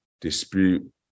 dispute